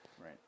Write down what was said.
Right